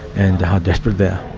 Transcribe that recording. and how desperate they are.